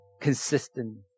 Consistent